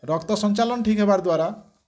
ରକ୍ତ ସଞ୍ଚାଳନ ଠିକ୍ ହେବାର୍ ଦ୍ୱାରା